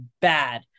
bad